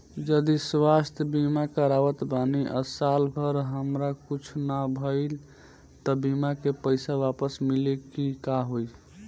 जदि स्वास्थ्य बीमा करावत बानी आ साल भर हमरा कुछ ना भइल त बीमा के पईसा वापस मिली की का होई?